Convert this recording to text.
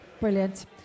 Brilliant